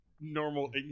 normal